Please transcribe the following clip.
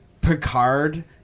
Picard